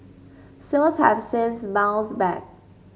sales have since bounced back